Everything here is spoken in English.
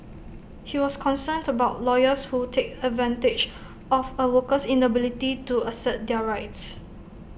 he was concerned about lawyers who take advantage of A worker's inability to assert their rights